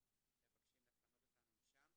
רשות שמקרקעי ישראל - מבקשים לפנות אותנו משם.